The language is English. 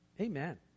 Amen